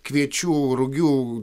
kviečių rugių